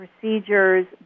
procedures